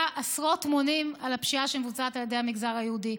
עשרות מונים על הפשיעה שמבוצעת על ידי המגזר היהודי.